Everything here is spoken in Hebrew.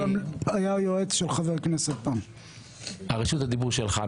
הוא גם היה יועץ של חבר הכנסת --- רשות הדיבור שלך,